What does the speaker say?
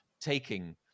taking